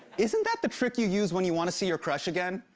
isn't that the trick you use when you want to see your crush again?